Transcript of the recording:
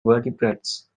vertebrates